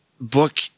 book